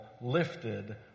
lifted